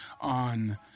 on